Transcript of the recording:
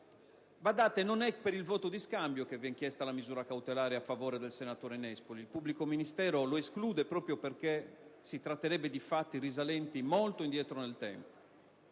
non è per il voto di scambio che viene chiesta la misura cautelare a favore del senatore Nespoli: il pubblico ministero lo esclude, proprio perché si tratterebbe di fatti risalenti molto indietro nel tempo.